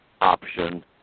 option